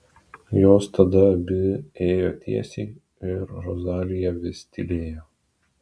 jos tada abi ėjo tiesiai ir rozalija vis tylėjo